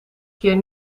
keer